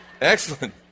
Excellent